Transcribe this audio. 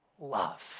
love